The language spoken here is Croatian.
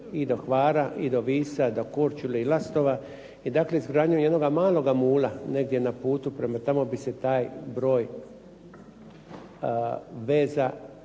i do Hvara i do Visa, do Korčule i Lastova. I dakle, izgradnjom jednoga maloga mola negdje na putu, tamo bi se taj broj veza